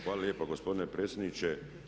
Hvala lijepo gospodine predsjedniče.